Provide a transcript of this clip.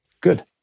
Good